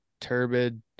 turbid